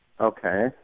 Okay